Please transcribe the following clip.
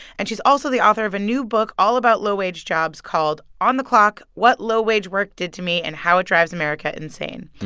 and she's also the author of a new book all about low-wage jobs called on the clock what low-wage work did to me and how it drives america insane.